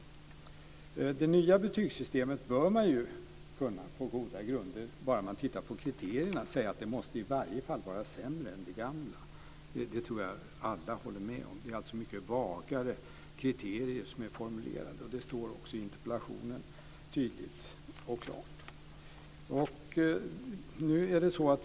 Om det nya betygssystemet bör man på goda grunder - bara genom att titta på kriterierna - kunna säga att det i varje fall måste vara sämre än det gamla. Det tror jag alla håller med om. Det är alltså mycket vagare kriterier som är formulerade. Det står också tydligt och klart i interpellationen.